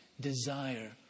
desire